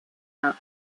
that